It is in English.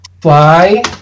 Fly